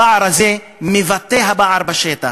הפער הזה מבטא את הפער בשטח,